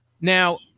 now